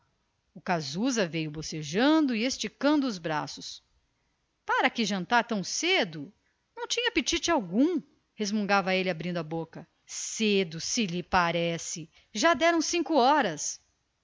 o casusa veio bocejando e esticando os braços para que jantar tão cedo não tenho apetite algum resmungava ele abrindo a boca cedo se lhe parece já deram cinco horas